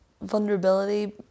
Vulnerability